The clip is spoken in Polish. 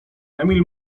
emil